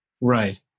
Right